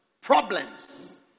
problems